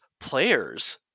players